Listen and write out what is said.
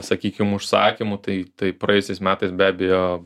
sakykim užsakymų tai tai praėjusiais metais be abejo